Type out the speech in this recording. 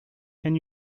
can